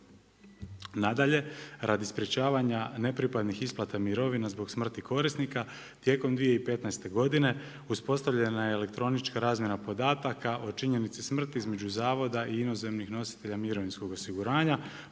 Nadalje, radi sprječavanja nepripadnih isplatna mirovina zbog smrti korisnika, tijekom 2015. godine, uspostavljena je elektronička razmjena podataka o činjenici smrti između zavoda i inozemnih nositelja mirovinskog osiguranja.